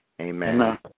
Amen